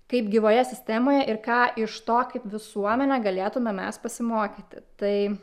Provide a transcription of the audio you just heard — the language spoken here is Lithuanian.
kaip gyvoje sistemoje ir ką iš to kaip visuomenė galėtumėme mes pasimokyti tai